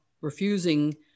refusing